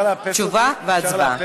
תשובה והצבעה.